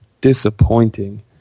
disappointing